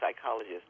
psychologist